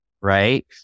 right